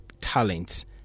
talents